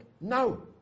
no